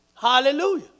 Hallelujah